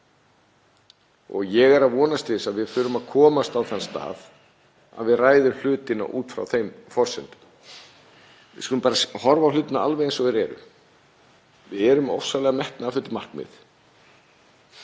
Ég er að vonast til þess að við förum að komast á þann stað að við ræðum hlutina út frá þeim forsendum. Við skulum bara horfa á hlutina alveg eins og þeir eru. Við erum með ofsalega metnaðarfull markmið.